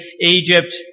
Egypt